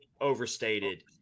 overstated